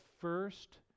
first